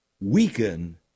weaken